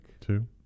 Two